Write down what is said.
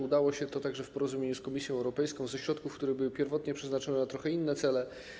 Udało się to także w porozumieniu z Komisją Europejską, ze środków, które były pierwotnie przeznaczone na trochę inne cele.